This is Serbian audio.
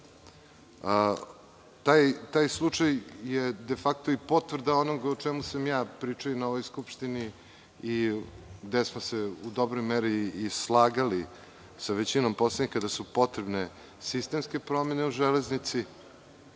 slučaj je de fakto i potvrda onoga o čemu sam ja pričao i na ovoj Skupštini i gde smo se u dobroj meri i slagali sa većinom poslanika da su potrebne sistemske promene u „Železnici“.